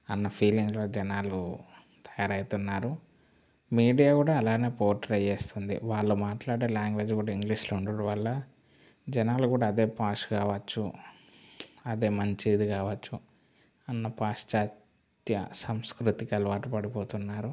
అన్న ఫీలింగ్లో జనాలు తయారవుతున్నారు మీడియా కూడా అలానే పోర్ట్రే చేస్తుంది వాళ్ళు మాట్లాడే లాంగ్వేజ్ కూడా ఇంగ్లీష్లో ఉండడం వల్ల జనాలు కూడా అదే పాష్ కావచ్చు అదే మంచిది కావచ్చు అన్న పాశ్చాత్య సంస్కృతికి అలవాటు పడిపోతున్నారు